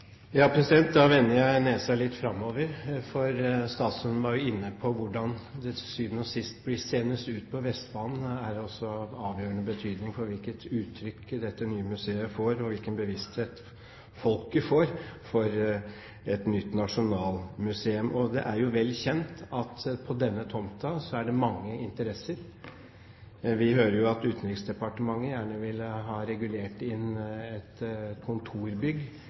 vender jeg nesen litt framover, for statsråden var inne på at hvordan det til syvende og sist blir seende ut på Vestbanen, også er av avgjørende betydning for hvilket uttrykk dette nye museet får, og hvilken bevissthet folket får for et nytt nasjonalmuseum. Det er vel kjent at på denne tomten er det mange interesser. Vi hører at Utenriksdepartementet gjerne vil ha regulert inn et kontorbygg